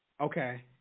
Okay